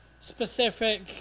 specific